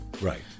right